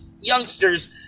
Youngsters